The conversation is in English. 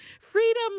freedom